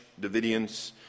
Davidians